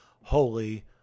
holy